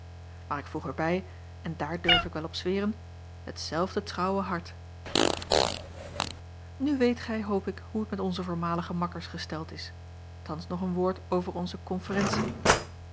maar ik voeg er bij en daar durf ik wel op zweren hetzelfde trouwe hart nu weet gij hoop ik hoe t met onze voormalige makkers gesteld is thans nog een woord over onze konferentie